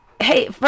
Hey